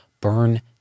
burn